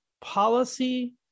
policy